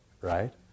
Right